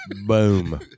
Boom